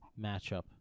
matchup